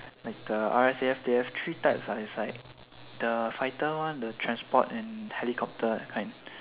like the R_S_A_F they have three types ah inside the fighter one the transport and helicopter that kind